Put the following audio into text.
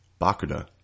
Bakuda